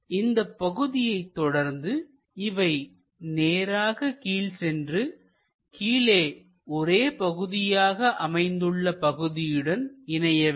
இந்தப் பகுதியை தொடர்ந்து இவை நேராக கீழ் சென்று கீழே ஒரே பகுதியாக அமைந்துள்ள பகுதியுடன் இணைய வேண்டும்